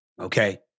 okay